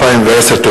לפי סעיף 10א